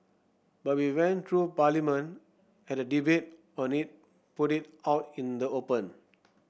but we went through Parliament had a debate on it put it out in the open